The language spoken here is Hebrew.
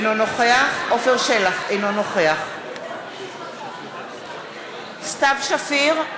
אינו נוכח עפר שלח, אינו נוכח סתיו שפיר,